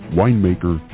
winemaker